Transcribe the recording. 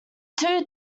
two